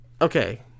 Okay